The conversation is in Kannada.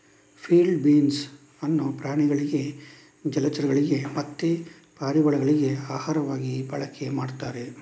ಫೀಲ್ಡ್ ಬೀನ್ಸ್ ಅನ್ನು ಪ್ರಾಣಿಗಳಿಗೆ ಜಲಚರಗಳಿಗೆ ಮತ್ತೆ ಪಾರಿವಾಳಗಳಿಗೆ ಆಹಾರವಾಗಿ ಬಳಕೆ ಮಾಡ್ತಾರೆ